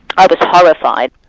i was horrified.